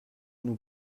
nous